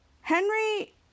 Henry